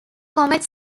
comet